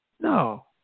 No